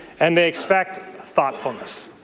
and they expect thoughtfulness.